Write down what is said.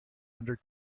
under